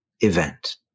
event